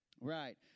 right